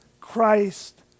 Christ